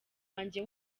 wanjye